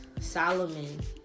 Solomon